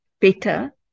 better